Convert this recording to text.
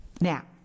Now